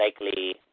Likely